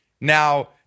Now